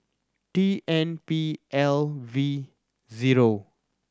T N P L V zero